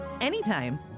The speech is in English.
anytime